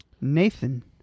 Nathan